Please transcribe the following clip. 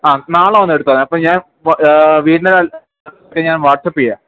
ആ നാളെ വന്ന് എടുത്തോാതി അപ്പം ഞാൻ വീടി്റെ ഞാൻ വാട്ട്സ്ആപ്പ ചെയ്യാ